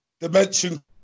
Dimension